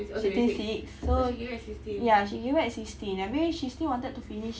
she's twenty six so ya she gave birth at sixteen habis she still wanted to finish